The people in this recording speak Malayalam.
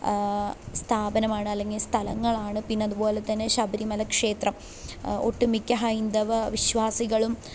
സ്ഥാപനമാണ് അല്ലെങ്കിൽ സ്ഥലങ്ങളാണ് പിന്നതുപോലെ തന്നെ ശബരിമല ക്ഷേത്രം ഒട്ടു മിക്ക ഹൈന്ദവ വിശ്വാസികളും